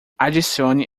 adicione